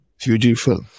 fujifilm